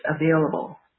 available